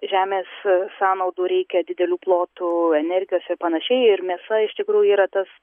žemės sąnaudų reikia didelių plotų energijos ir panašiai ir mėsa iš tikrųjų yra tas